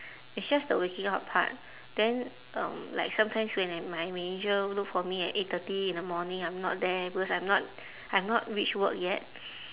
it's just the waking up part then um like sometimes when my manager look for me at eight thirty in the morning I'm not there because I'm not I've not reach work yet